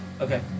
Okay